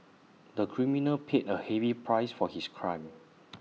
the criminal paid A heavy price for his crime